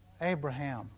Abraham